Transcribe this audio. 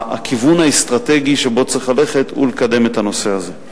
הכיוון האסטרטגי שבו צריך ללכת הוא לקדם את הנושא הזה.